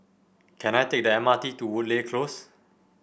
can I take the M R T to Woodleigh Close